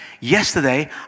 Yesterday